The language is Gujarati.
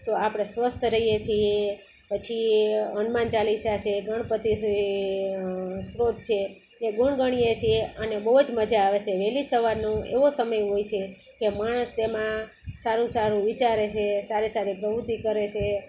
તો આપણે સ્વસ્થ રહીએ છીએ પછી હનુમાન ચાલીસા સે ગણપતિ સે સ્તોત્ર છે એ ગણગણીએ સીએ અને બહુ બહુ જ મજા આવે સે વહેલી સવારનું એવો સમય હોય છે કે માણસ તેમાં સારું સારું વિચારે સે સારી સારી પ્રવૃતિ કરે છે